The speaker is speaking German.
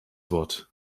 wort